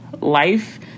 Life